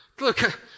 Look